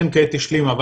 חן כעת השלימה,